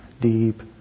deep